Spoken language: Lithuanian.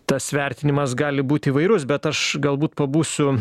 tas vertinimas gali būt įvairus bet aš galbūt pabūsiu